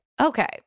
Okay